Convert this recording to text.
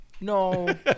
No